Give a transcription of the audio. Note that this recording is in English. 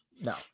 No